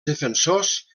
defensors